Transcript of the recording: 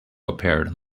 appeared